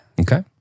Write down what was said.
Okay